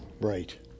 right